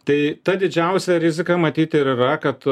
tai ta didžiausia rizika matyt ir yra kad